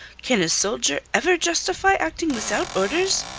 can a soldier ever justify acting without orders?